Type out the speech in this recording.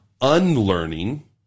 unlearning